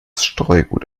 streugut